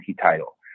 title